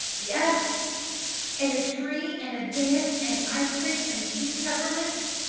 yes and a tree, and a dance, and ice cream, and pink peppermints,